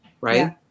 Right